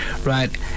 right